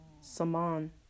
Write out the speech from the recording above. Saman